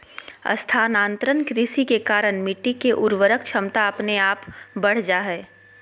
स्थानांतरण कृषि के कारण मिट्टी के उर्वरक क्षमता अपने आप बढ़ जा हय